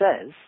says